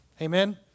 Amen